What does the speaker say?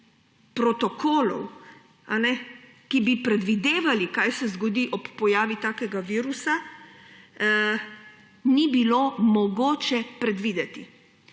protokolov, ki bi predvidevali, kaj se zgodi ob pojavu takega virusa, ni bilo mogoče predvideti.